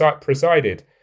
presided